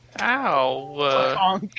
Ow